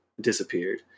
disappeared